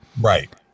Right